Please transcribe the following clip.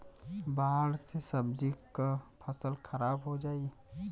बाढ़ से सब्जी क फसल खराब हो जाई